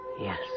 Yes